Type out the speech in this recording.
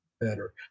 better